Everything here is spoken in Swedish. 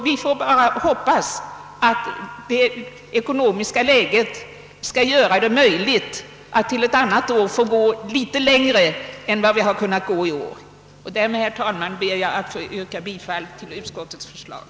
Vi kan bara hoppas att det ekonomiska läget ett annat år skall medge att vi går litet längre än vad vi kunnat göra i år. Herr talman! Med detta ber jag att få yrka bifall till utskottets hemställan.